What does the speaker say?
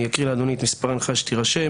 אני אקריא לאדוני את מספר ההנחיה שתירשם,